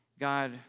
God